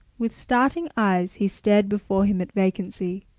with starting eyes he stared before him at vacancy.